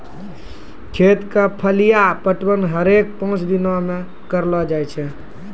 खेत क फलिया पटवन हरेक पांच दिनो म करलो जाय छै